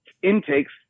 intakes